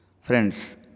Friends